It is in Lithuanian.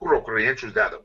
kur ukrainiečius dedam